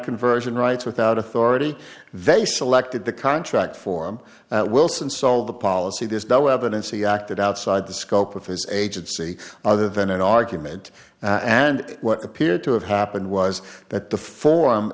conversion rights without authority they selected the contract for him wilson solve the policy there's no evidence he acted outside the scope of his agency other than an argument and what appeared to have happened was that the for